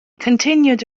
continued